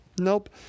nope